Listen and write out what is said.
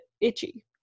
itchy